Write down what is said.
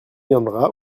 viendra